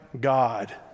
God